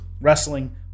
Wrestling